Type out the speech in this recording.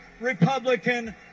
Republican